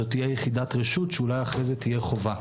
זו תהיה יחידת רשות, שאולי אחרי זה תהיה חובה.